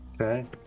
Okay